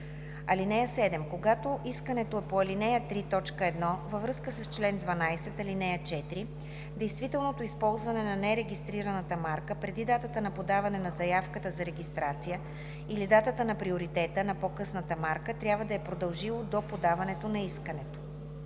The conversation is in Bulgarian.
ал. 4. (7) Когато искането е по ал. 3, т. 1 във връзка с чл. 12, ал. 4, действителното използване на нерегистрираната марка преди датата на подаване на заявката за регистрация или датата на приоритета на по-късната марка трябва да е продължило до подаването на искането.